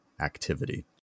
activity